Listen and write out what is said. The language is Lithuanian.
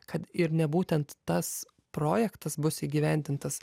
kad ir ne būtent tas projektas bus įgyvendintas